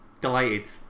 delighted